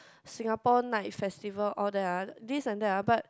Singapore Night Festival all that ah this and that ah but